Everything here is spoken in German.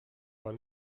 aber